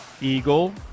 Eagle